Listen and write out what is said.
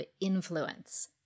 influence